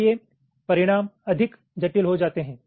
इसलिये परिणाम अधिक जटिल हो जाते हैं